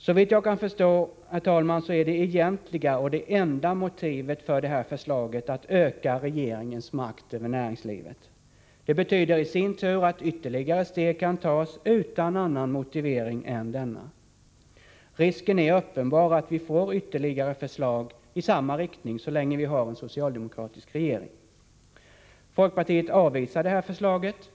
Såvitt jag kan förstå är det egentliga och det enda motivet för det här förslaget att öka regeringens makt över näringslivet. Det betyder i sin tur att ytterligare steg kan tas utan annan motivering än denna. Risken är uppenbar att vi får ytterligare förslag i samma riktning så länge vi har en socialdemokratisk regering. Folkpartiet avvisar det här förslaget.